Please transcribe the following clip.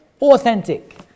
Authentic